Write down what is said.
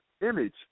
image